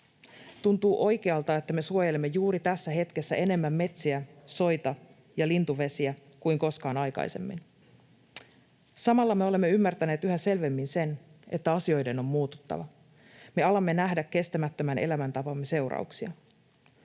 Tuntuu oikealta, että me suojelemme juuri tässä hetkessä enemmän metsiä, soita ja lintuvesiä kuin koskaan aikaisemmin. Samalla me olemme ymmärtäneet yhä selvemmin sen, että asioiden on muututtava. Me alamme nähdä kestämättömän elämäntapamme seurauksia.